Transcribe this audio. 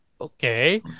okay